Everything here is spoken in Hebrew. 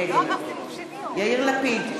נגד יאיר לפיד,